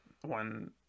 one